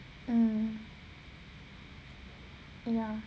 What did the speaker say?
mm ya